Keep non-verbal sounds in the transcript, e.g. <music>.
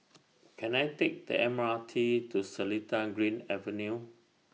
<noise> Can I Take The M R T to Seletar Green Avenue